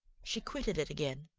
she quitted it again,